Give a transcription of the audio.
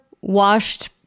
washed